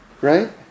right